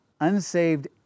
unsaved